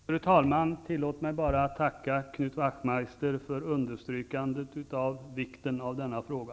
Fru talman! Tillåt mig att tacka Knut Wachtmeister för understrykandet av vikten av denna fråga.